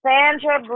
Sandra